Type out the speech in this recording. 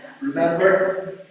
remember